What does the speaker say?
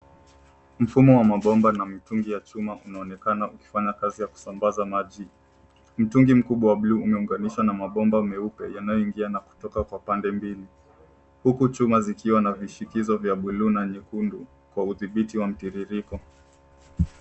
Mfumo wa mabomba na mitungi ya chuma unaonekana ukifanya kazi ya kusambaza maji . Mtungi mkubwa wa bluu umeunganishwa na mabomba meupe yanayoingia na kutoka kwa upande mbili huku chuma zikiwa na vishikizo vya buluu na nyekundu kwa udhibiti wa mtiririko.